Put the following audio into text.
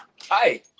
Hi